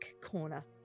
corner